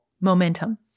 momentum